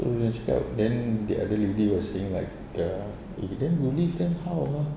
so diorang cakap then the other lady was saying like err eh then you leave then how ah